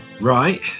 Right